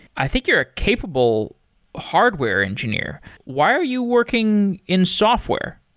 i think you're a capable hardware engineer. why are you working in software?